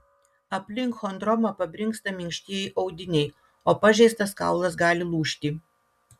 aplink chondromą pabrinksta minkštieji audiniai o pažeistas kaulas gali lūžti